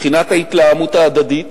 מבחינת ההתלהמות ההדדית,